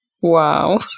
Wow